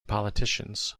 politicians